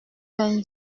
vingt